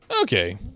Okay